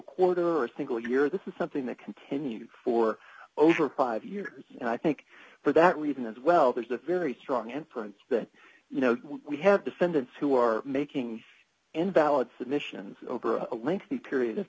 quarter or a single year this is something that continued for over five years and i think for that reason as well there's a very strong inference that you know we have defendants who are making invalid submissions over a lengthy period of